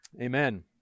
Amen